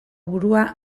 burua